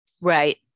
Right